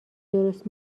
درست